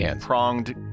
pronged